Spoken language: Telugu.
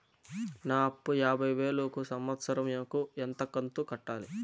నా అప్పు యాభై వేలు కు సంవత్సరం కు ఎంత కంతు కట్టాలి?